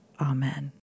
Amen